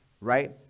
Right